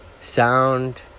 sound